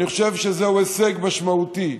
אני חושב שזהו הישג משמעותי,